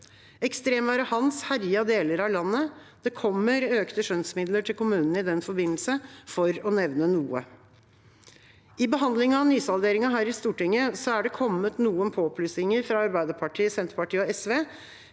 Ekstremværet Hans herjet deler av landet. Det kommer økte skjønnsmidler til kommunene i den forbindelse, for å nevne noe. I behandlingen av nysalderingen her i Stortinget har det kommet noen påplussinger fra Arbeiderpartiet, Senterpartiet og SV.